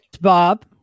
Bob